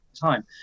time